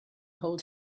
hold